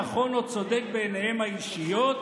נכון או צודק בעיניהם האישיות?